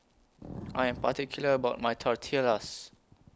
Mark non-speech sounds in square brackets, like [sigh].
[noise] I Am particular about My Tortillas